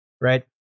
Right